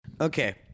Okay